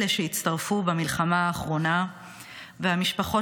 אלו שהצטרפו במלחמה האחרונה והמשפחות